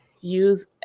use